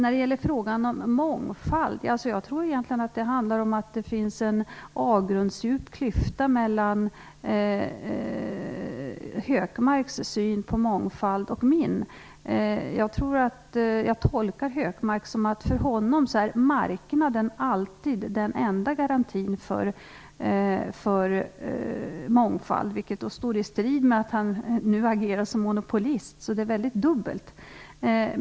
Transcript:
Så till frågan om mångfald. Jag tror att det egentligen handlar om att det finns en avgrundsdjup klyfta mellan Gunnar Hökmarks och min syn på mångfald. Jag tolkar det som att det för Gunnar Hökmark är marknaden som alltid är den enda garantin för mångfald. Det står i strid med att han nu agerar som monopolist. Det är mycket dubbelt.